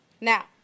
Now